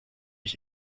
ich